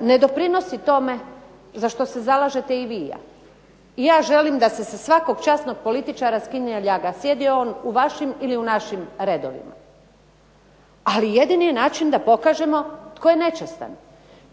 ne doprinosi tome za što se zalažete i vi i ja. I ja želim da se sa svakog časnog političara skine ljaga sjedio on u vašim ili u našim redovima. Ali jedini je način da pokažemo tko je nečastan,